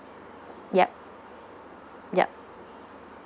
yup yup